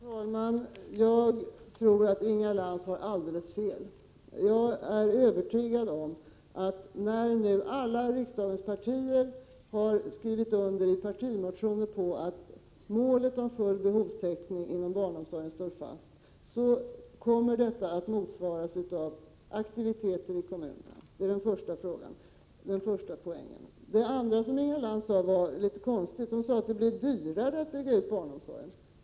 Herr talman! Jag tror att Inga Lantz har alldeles fel. Jag är övertygad om att nu när alla riksdagspartier har skrivit under partimotioner på att målet om full behovstäckning inom barnomsorgen står fast, så kommer detta att motsvaras av aktiviteter i kommunerna. Det är den första poängen. Inga Lantz sade något som var litet konstigt. Hon hävdade att det blir dyrare att bygga ut barnomsorgen.